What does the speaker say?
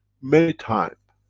many time,